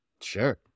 Sure